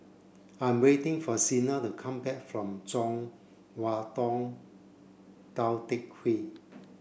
I'm waiting for Sheena to come back from Chong Hua Tong Tou Teck Hwee